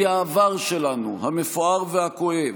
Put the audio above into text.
היא העבר שלנו, המפואר והכואב,